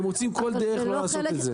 הם מוצאים כל דרך לא לעשות את זה.